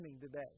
today